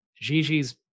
Gigi's